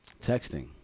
texting